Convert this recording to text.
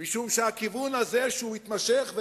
משום שהכיוון הזה התמשך,